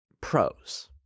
Pros